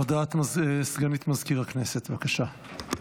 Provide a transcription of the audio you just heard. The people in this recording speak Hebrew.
הודעה לסגנית מזכיר הכנסת, בבקשה.